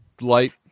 Light